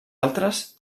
altres